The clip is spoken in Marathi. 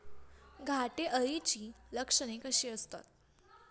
घाटे अळीची लक्षणे कशी असतात?